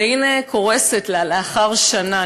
והנה, קורסת לה לאחר שנה.